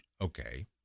okay